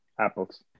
apples